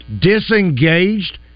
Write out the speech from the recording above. disengaged